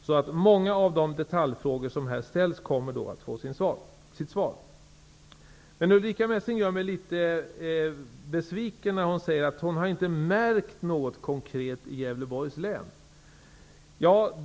Då kommer många av de detaljfrågor som här ställs att få sitt svar. Ulrica Messing gör mig litet besviken när hon säger att hon inte märkt något konkret i Gävleborgs län.